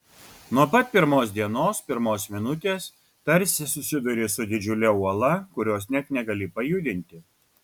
nuo pat pirmos dienos pirmos minutės tarsi susiduri su didžiule uola kurios net negali pajudinti